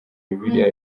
bibiliya